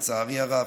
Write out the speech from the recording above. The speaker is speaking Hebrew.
לצערי הרב.